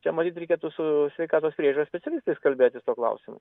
čia matyt reikėtų su sveikatos priežiūros specialistais kalbėtis tuo klausimu